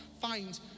Find